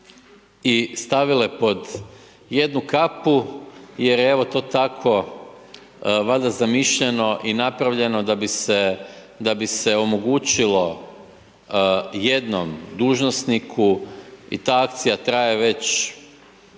i stavile pod jednu kapu, jer je evo to tako, valjda zamišljeno i napravljeno da bi se, da bi se omogućilo jednom dužnosniku, i ta akcija traje već